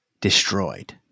destroyed